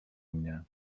mnie